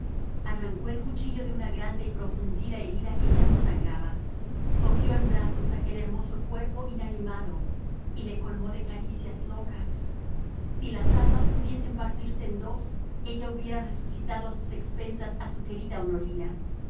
arrancó el cuchillo de una grande y profundida herida que ya no sangraba cogió en brazos a aquel hermoso cuerpo inanimado y le colmó de caricias locas si las almas pudiesen partirse en dos ella hubiera resucitado a sus expensas a su querida honorina